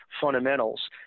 fundamentals